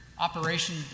operation